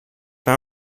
been